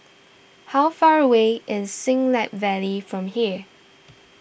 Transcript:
how far away is Siglap Valley from here